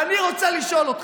ואני רוצה לשאול אותך: